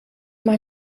mal